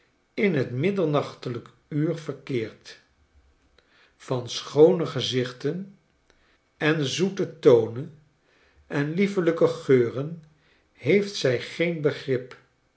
in t middernachtelijkuurverkeert van schoone gezichten en zoete tonen en liefeiijke geuren heeft zij geen begrip